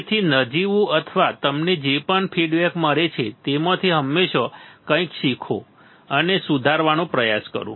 તેથી નજીવું અથવા તમને જે પણ ફીડબેક મળે છે તેમાંથી હંમેશા કંઈક શીખો અને સુધારવાનો પ્રયાસ કરો